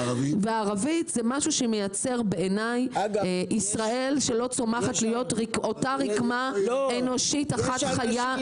זה משהו שמייצר בעיני ישראל שלא צומחת להיות אותה רקמה אנושית אחת חיה.